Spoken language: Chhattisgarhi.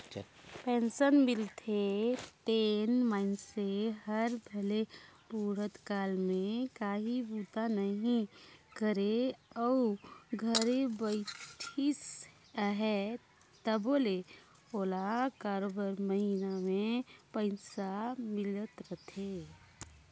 पेंसन मिलथे तेन मइनसे हर भले बुढ़त काल में काहीं बूता नी करे अउ घरे बइठिस अहे तबो ले ओला बरोबेर महिना में पइसा मिलत रहथे